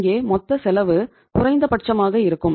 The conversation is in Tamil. இங்கே மொத்த செலவு குறைந்தபட்சமாக இருக்கும்